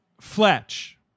Fletch